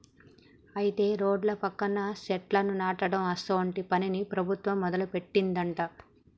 అయితే రోడ్ల పక్కన సెట్లను నాటడం అసోంటి పనిని ప్రభుత్వం మొదలుపెట్టిందట